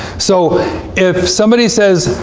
so if somebody says,